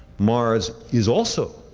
mars is also